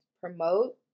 promote